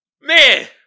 Man